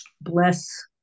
bless